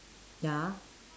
ya